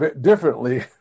differently